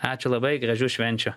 ačiū labai gražių švenčių